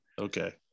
Okay